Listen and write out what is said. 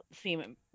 seem